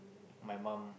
my mum